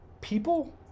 people